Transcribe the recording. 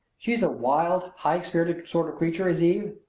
she's a wild, high-spirited sort of creature is eve.